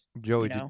joey